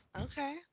Okay